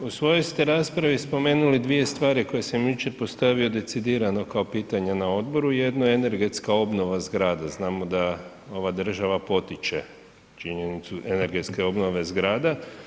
U svojoj ste raspravi spomenuli dvije stvari koje sam jučer postavio decidirano kao pitanja na odboru, jedno je energetska obnova zgrada, znamo da ova država potiče činjenicu energetske obnove zgrada.